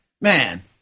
Man